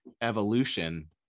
evolution